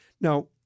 Now